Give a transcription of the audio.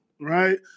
right